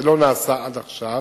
זה לא נעשה עד עכשיו.